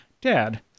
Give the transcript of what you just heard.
Dad